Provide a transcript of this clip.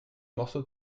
morceau